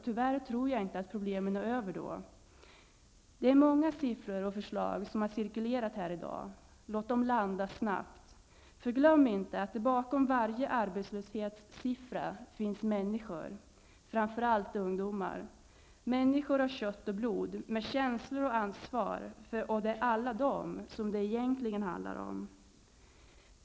Tyvärr tror jag inte att problemen är över då. Många siffror och förslag har cirkulerat i dag. Låt dem landa snabbt. Glöm inte att bakom varje arbetslöshetssiffra finns människor, framför allt ungdomar. Det är människor av kött och blod med känslor och ansvar. Det är alla de som det egentligen handlar om.